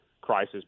crisis